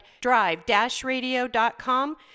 drive-radio.com